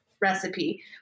recipe